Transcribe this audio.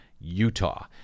Utah